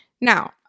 now